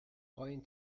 پایین